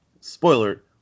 spoiler